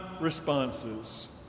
responses